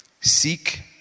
seek